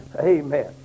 Amen